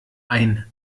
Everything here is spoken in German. ein